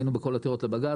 היינו בכל העתירות לבג"ץ.